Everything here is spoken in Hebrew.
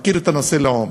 מכיר את הנושא לעומק.